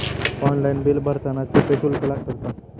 Online bill भरताना छुपे शुल्क लागतात का?